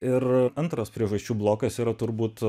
ir antras priežasčių blokas yra turbūt